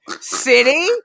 city